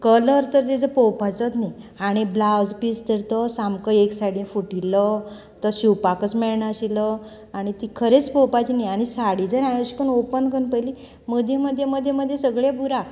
colour तर तिजो पळोवपाचोच न्ही आनी ब्लावज पीस तर तो सामको एक सायडीन फुटिल्लो तो शिवपाकच मेळनाशिल्लो आनी ती खरेंच पळोवपाची न्ही आनी साडी जर हांयें अशें करून ओपन करून पळयली मदीं मदीं मदीं मदीं सगळें बुराक